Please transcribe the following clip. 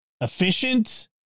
efficient